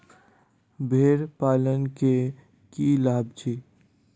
भेड़ पालन केँ की लाभ छै?